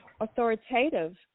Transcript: authoritative